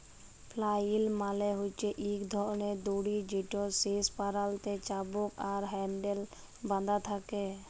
flail মালে হছে ইক ধরলের দড়ি যেটর শেষ প্যারালতে চাবুক আর হ্যাল্ডেল বাঁধা থ্যাকে